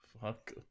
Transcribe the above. Fuck